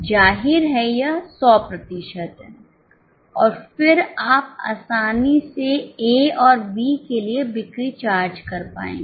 जाहिर है यह 100 प्रतिशत है और फिर आप आसानी से ए और बी के लिए बिक्री चार्ज कर पाएंगे